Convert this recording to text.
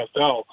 NFL